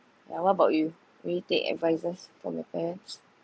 yeah what about you will you take advices from your parents